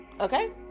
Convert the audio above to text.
Okay